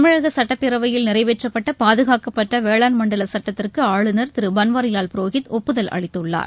தமிழக சட்டப்பேரவையில் நிறைவேற்றப்பட்ட பாதகாக்கப்பட்ட வேளாண் மண்டல சட்டத்திற்கு ஆளுநர் திரு பன்வாரிலால் புரோஹித் ஒப்புதல் அளித்துள்ளார்